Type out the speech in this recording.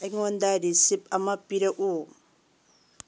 ꯑꯩꯉꯣꯟꯗ ꯔꯤꯁꯤꯞ ꯑꯃ ꯄꯤꯔꯛꯎ